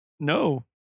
No